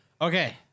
Okay